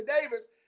Davis